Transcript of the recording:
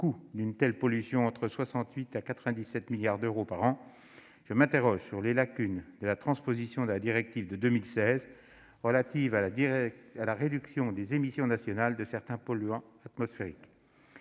d'une telle pollution entre 68 et 97 milliards d'euros par an, je m'interroge sur les lacunes concernant la transposition de la directive de 2016 relative à la réduction des émissions nationales de certains polluants atmosphériques.